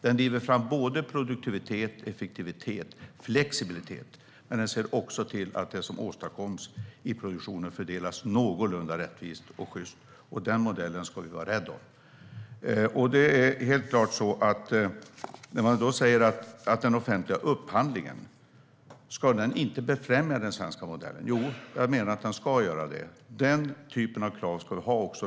Den driver fram produktivitet, effektivitet och flexibilitet, men den ser också till att det som åstadkoms i produktionen fördelas någorlunda rättvist och sjyst. Den modellen ska vi vara rädda om. Ska då inte den offentliga upphandlingen befrämja den svenska modellen? Jag menar att den ska göra det. Den typen av krav ska vi ha.